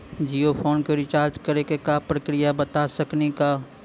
Jio phone के recharge करे के का प्रक्रिया बता साकिनी का?